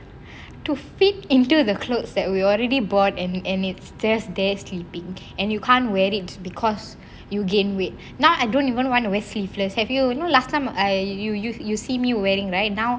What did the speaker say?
to fit into the clothes that we already bought and and it's just there sleeping and you can't wear it because you gain weight now I don't even want to wear sleeveless have you know last time I you you use you see me wearing right now